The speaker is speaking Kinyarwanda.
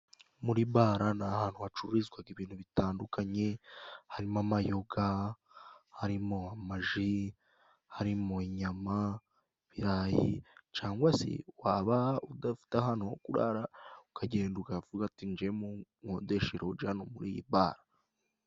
Muri bara ni ahantu hacururizwaga ibintu bitandukanye harimo amayoga harimo amaji harimo inyama, ibirayi cangwa se waba udafite hantu ho kurara ukagenda ukavuga uti jyewe munkodeshe iroji hano kuri iyo bara .